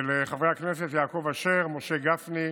של חברי הכנסת יעקב אשר ומשה גפני: